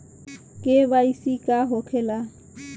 KYC का होखेला?